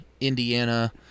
Indiana